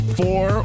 four